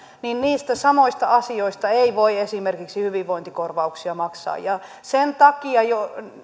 niistä samoista asioista ei voi esimerkiksi hyvinvointikorvauksia maksaa ja sen takia jo